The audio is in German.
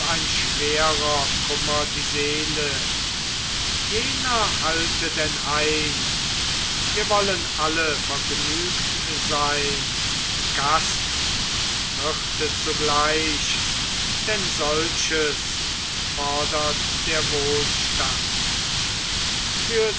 ein schwerer kummer die seele jener halte denn ein wir wollen alle vergnügt sein gast und wirte zugleich denn solches fordert der wohlstand für den